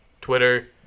Twitter